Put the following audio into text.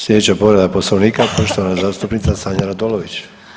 Slijedeća povreda Poslovnika poštovana zastupnica Sanja Radolović.